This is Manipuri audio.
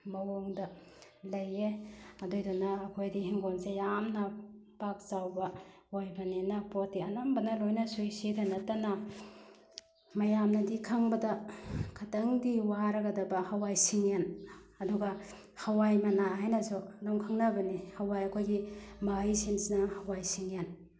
ꯃꯑꯣꯡꯗ ꯂꯩꯌꯦ ꯑꯗꯨꯏꯗꯨꯅ ꯑꯩꯈꯣꯏꯗꯤ ꯏꯪꯈꯣꯜꯁꯦ ꯌꯥꯝꯅ ꯄꯥꯛ ꯆꯥꯎꯕ ꯑꯣꯏꯕꯅꯤꯅ ꯄꯣꯠꯇꯤ ꯑꯅꯝꯕꯅ ꯂꯣꯏ ꯁꯨꯏ ꯁꯤꯗ ꯅꯠꯇꯅ ꯃꯌꯥꯝꯅꯗꯤ ꯈꯪꯕꯗ ꯈꯤꯇꯪꯗꯤ ꯋꯥꯔꯒꯗꯕ ꯍꯋꯥꯏ ꯁꯤꯡꯌꯦꯟ ꯑꯗꯨꯒ ꯍꯋꯥꯏ ꯃꯅꯥ ꯍꯥꯏꯅꯁꯨ ꯑꯗꯨꯝ ꯈꯪꯅꯕꯅꯤ ꯍꯋꯥꯏ ꯑꯩꯈꯣꯏꯒꯤ ꯃꯍꯩꯁꯤꯡꯁꯤꯅ ꯍꯋꯥꯏ ꯁꯤꯡꯌꯦꯟ